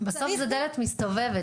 בסוף זו דלת מסתובבת.